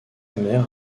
mère